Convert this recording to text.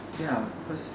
ya cause